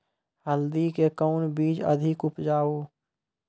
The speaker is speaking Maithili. हल्दी के कौन बीज अधिक उपजाऊ?